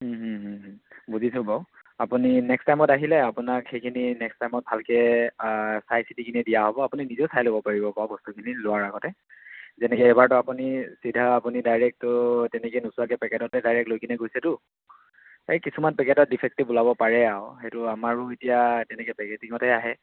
বুজিছোঁ বাৰু আপুনি নেক্সট টাইমত আহিলে আপোনাক সেইখিনি নেক্সট টাইমত ভালকৈ চাইচিতি কিনে দিয়া হ'ব আপুনি নিজেও চাই ল'ব পাৰিব বাৰু বস্তুখিনি লোৱাৰ আগতে যেনেকৈ এবাৰতো আপুনি চিধা আপুনি ডাইৰেক্টতো তেনেকৈ নোচোৱাকৈ পেকেটতে ডাইৰেক্ট লৈ কিনে গৈছেতো এই কিছুমান পেকেটত ডিফেক্টিভ ওলাব পাৰে আৰু সেইটো আমাৰো এতিয়া তেনেকৈ পেকেটিঙতে আহে